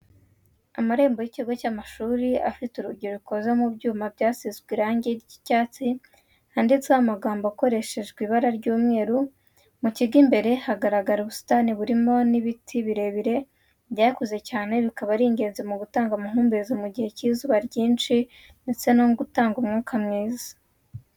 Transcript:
Amarembo y'ikigo cy'amashuri afite urugi rukoze mu byuma byasizwe irangi ry'icyatsi handitseho amagambo akoreshejwe ibara ry'umweru, mu kigo imbere hagaragara ubusitani burimo n'ibiti birebire byakuze cyane bikaba ari ingenzi mu gutanga amahumbezi mu gihe cy'izuba ryinshi ndetse no gutanga umwuka mwiza.